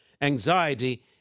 Anxiety